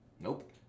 Nope